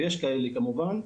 ויש כאלה כמובן.